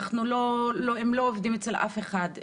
הם לא עובדים אצל אף אחד.